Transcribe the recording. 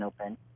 open